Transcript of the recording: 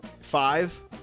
Five